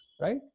right